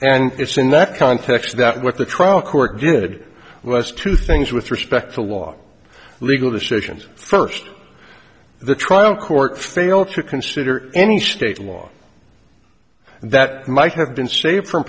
and it's in that context that what the trial court did was two things with respect to law legal decisions first the trial court failed to consider any state law that might have been saved f